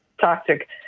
toxic